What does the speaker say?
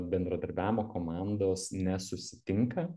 bendradarbiavimo komandos nesusitinka